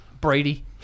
Brady